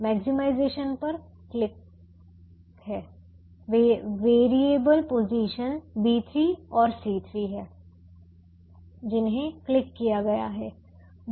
maximisation पर click है variable position B3 और C3 हैं जिन्हें क्लिक किया गया है